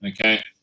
Okay